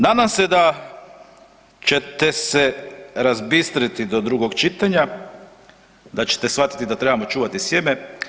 Nadam se da ćete se razbistriti do drugog čitanja i da ćete shvatiti da trebamo čuvati sjeme.